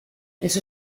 eso